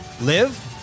live